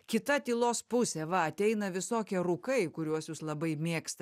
kita tylos pusė va ateina visokie rūkai kuriuos jūs labai mėgsta